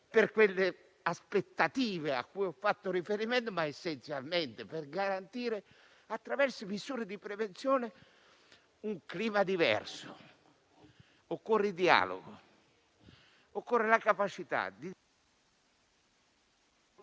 alle aspettative cui ho fatto riferimento, essenzialmente per garantire, attraverso misure di prevenzione, un clima diverso. Occorre il dialogo e la capacità di...